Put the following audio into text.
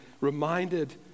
reminded